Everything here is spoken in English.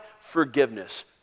forgiveness